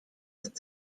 ist